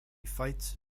fights